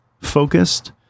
focused